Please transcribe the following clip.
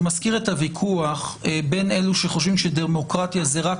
זה מזכיר את הוויכוח בין אלה שחושבים שדמוקרטיה זה רק